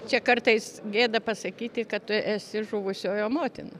čia kartais gėda pasakyti kad tu esi žuvusiojo motina